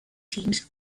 teams